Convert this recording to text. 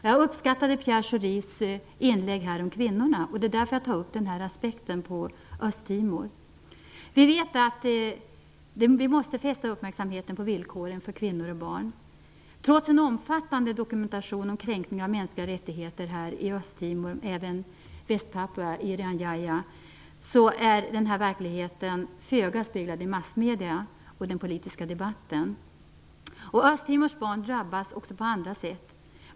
Jag uppskattade Pierre Schoris inlägg här om kvinnorna. Det är därför som jag tar upp den här aspekten på Östtimor. Vi vet att uppmärksamheten måste fästas på villkoren för kvinnor och barn. Trots en omfattande dokumentation om kränkningar av mänskliga rättigheter i Östtimor och även i Västpapua och Irian Jaya är denna verklighet föga speglad i massmedierna och i den politiska debatten. Östtimors barn drabbas också på andra sätt.